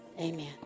Amen